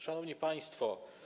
Szanowni Państwo!